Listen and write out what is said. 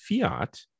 fiat